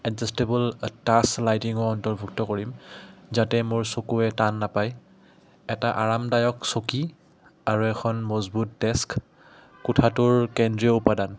adjustable task লাইটিঙো অন্তৰ্ভুক্ত কৰিম যাতে মোৰ চকুুৱে টান নাপায় এটা আৰামদায়ক চকী আৰু এখন মজবুত ডেস্ক কোঠাটোৰ কেন্দ্ৰীয় উপাদান